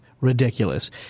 ridiculous